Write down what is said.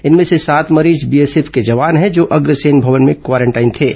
इनमें से सात मरीज बीएसएफ के जवान हैं जो अग्रसेन भवन में क्वारेंटाइन थे